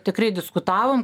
tikrai diskutavom